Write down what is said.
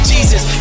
Jesus